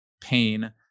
pain